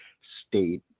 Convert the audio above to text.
State